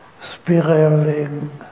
Spiraling